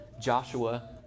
Joshua